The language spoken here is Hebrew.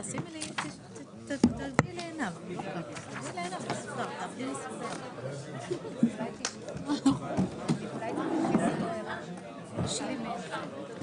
הישיבה ננעלה בשעה 20:58.